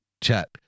chat